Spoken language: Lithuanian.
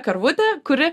karvutę kuri